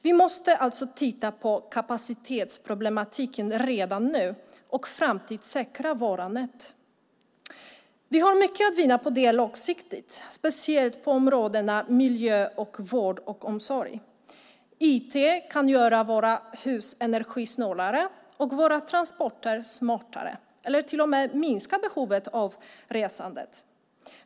Vi måste alltså titta på kapacitetsproblemen redan nu och framtidssäkra våra nät. Vi har mycket att vinna på detta långsiktigt, speciellt på områdena miljö, vård och omsorg. IT kan göra våra hus energisnålare och våra transporter smartare eller till och med minska behovet av resande.